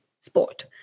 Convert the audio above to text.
sport